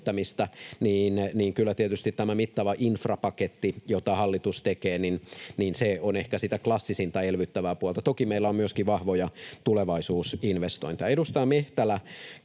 niin kyllä tietysti tämä mittava infrapaketti, jota hallitus tekee, on ehkä sitä klassisinta elvyttävää puolta. Toki meillä on myöskin vahvoja tulevaisuusinvestointeja. Edustaja Mehtälä